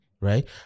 right